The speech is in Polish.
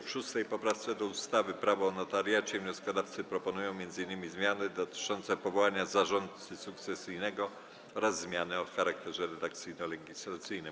W 6. poprawce do ustawy Prawo o notariacie wnioskodawcy proponują m.in. zmiany dotyczące powołania zarządcy sukcesyjnego oraz zmiany o charakterze redakcyjno-legislacyjnym.